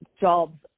jobs